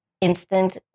instant